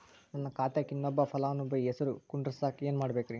ನನ್ನ ಖಾತೆಕ್ ಇನ್ನೊಬ್ಬ ಫಲಾನುಭವಿ ಹೆಸರು ಕುಂಡರಸಾಕ ಏನ್ ಮಾಡ್ಬೇಕ್ರಿ?